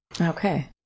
Okay